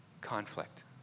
Conflict